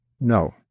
no